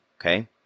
Okay